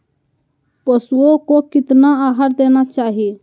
पशुओं को कितना आहार देना चाहि?